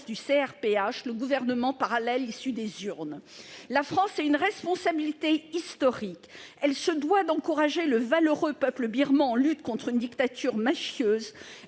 du CRPH, le gouvernement parallèle issu des urnes. La France a une responsabilité historique. Elle se doit d'encourager le valeureux peuple birman en lutte contre une dictature mafieuse.